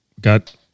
got